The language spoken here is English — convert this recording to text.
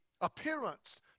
appearance